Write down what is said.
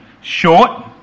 short